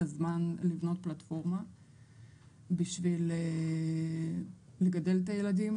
הזמן לבנות פלטפורמה בשביל לגדל את הילדים